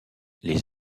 les